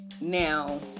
Now